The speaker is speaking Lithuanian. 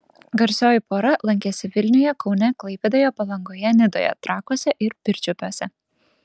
garsioji pora lankėsi vilniuje kaune klaipėdoje palangoje nidoje trakuose ir pirčiupiuose